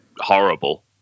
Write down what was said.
horrible